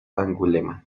angulema